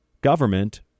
government